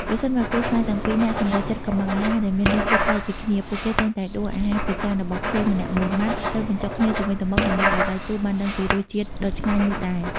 ប្រសិនបើគូស្នេហ៍ទាំងពីរនាក់សម្រេចចិត្តកុម្ម៉ង់អាហារដែលមានរសជាតិប្លែកពីគ្នា ពួកគេតែងតែដួសអាហារពីចានរបស់ខ្លួនម្នាក់មួយម៉ាត់ទៅបញ្ចុកគ្នាទៅវិញទៅមក ដើម្បីឱ្យដៃគូបានដឹងពីរសជាតិដ៏ឆ្ងាញ់នោះដែរ។